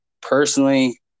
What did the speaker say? personally